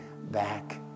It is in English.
back